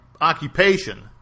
occupation